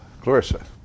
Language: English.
Clarissa